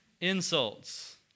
insults